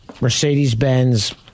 Mercedes-Benz